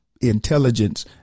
intelligence